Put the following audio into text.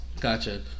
Gotcha